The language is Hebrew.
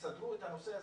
שיסדרו את הנושא הזה.